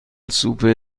سوپ